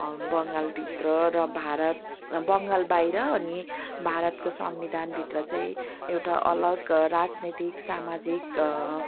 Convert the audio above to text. बङ्गालभित्र र भारत बङ्गालबाहिर भारतको संविधानभित्र चाहिँ एउटा अलग राजनीतिक सामाजिक